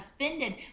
offended